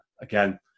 again